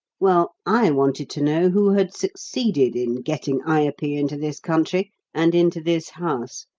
well, i wanted to know who had succeeded in getting ayupee into this country and into this house.